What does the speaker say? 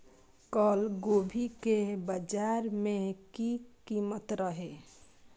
कल गोभी के बाजार में की कीमत रहे?